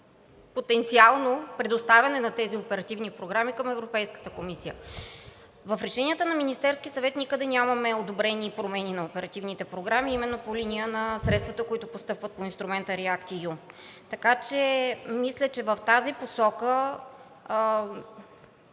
и потенциално предоставяне на тези оперативни програми към Европейската комисия? В решенията на Министерския съвет никъде нямаме одобрени промени на оперативните програми именно по линия на средствата, които постъпват по инструмента REACT-EU. Така че мисля, че в тази посока